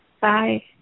Bye